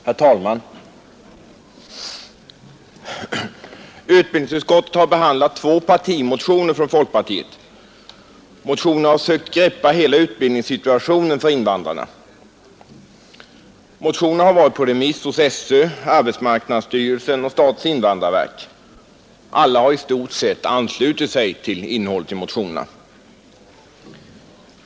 Herr talman! Utbildningsutskottet har behandlat två partimotioner från folkpartiet. Motionerna har sökt greppa om hela utbildningssituationen för invandrarna, och de har varit på remiss hos SÖ, arbetsmarknadsstyrelsen och statens invandrarverk. Alla har i stort sett anslutit sig till innehållet i motionerna.